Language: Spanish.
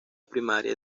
primaria